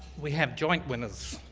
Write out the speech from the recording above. we have joint winners.